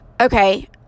Okay